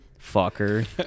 Fucker